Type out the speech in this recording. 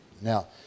Now